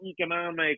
economic